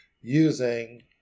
using